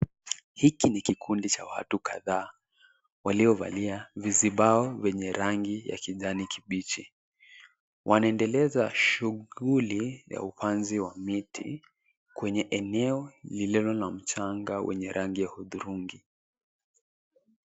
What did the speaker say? Hiki ni kikundi cha watu kadhaa waliovalia vizibao venye rangi ya kijani kibichi. Wanaendeleza shughuli ya upanzi wa miti kwenye eneo lililo na mchanga wenye rangi ya hudhurungi.